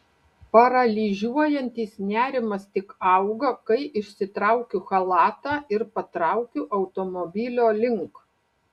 paralyžiuojantis nerimas tik auga kai išsitraukiu chalatą ir patraukiu automobilio link